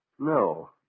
No